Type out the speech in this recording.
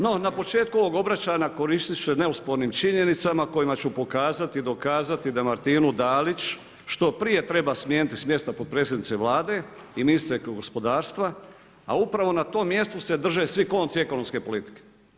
No, na početku ovog obraćanja koristiti ću se neospornim činjenicama kojima ću pokazati i dokazati da Martinu Dalić što prije treba smijeniti s mjesta potpredsjednice Vlade i ministrice gospodarstva, a upravo na tom mjestu se drže svi konci ekonomske politike.